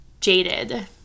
jaded